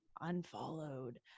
unfollowed